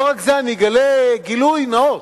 לא רק זה, אגלה גילוי נאות: